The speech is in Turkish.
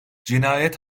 cinayet